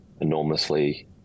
enormously